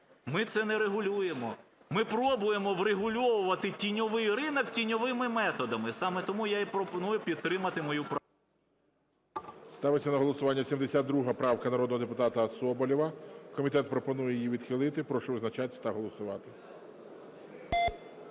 Ми це не регулюємо. Ми пробуємо врегульовувати тіньовий ринок тіньовими методами. Саме тому я і пропоную підтримати мою правку. ГОЛОВУЮЧИЙ. Ставиться на голосування 72 правка народного депутата Соболєва. Комітет пропонує її відхилити. Прошу визначатися та голосувати.